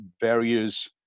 various